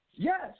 Yes